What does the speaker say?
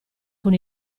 con